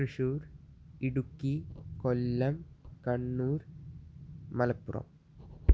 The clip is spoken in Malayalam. തൃശ്ശൂർ ഇടുക്കി കൊല്ലം കണ്ണൂർ മലപ്പുറം